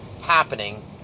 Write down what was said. happening